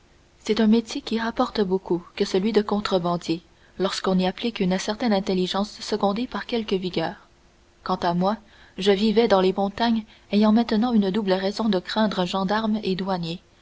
c'est un métier qui rapporte beaucoup que celui de contrebandier lorsqu'on y applique une certaine intelligence secondée par quelque vigueur quant à moi je vivais dans les montagnes ayant maintenant une double raison de craindre gendarmes et douaniers